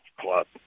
Club